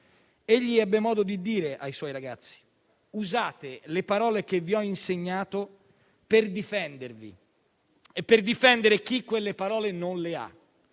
Egli ebbe modo di dire ai suoi ragazzi: «Usate le parole che vi ho insegnato per difendervi e per difendere chi quelle parole non le ha;